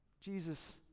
Jesus